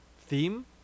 theme